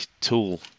tool